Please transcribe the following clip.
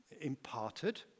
imparted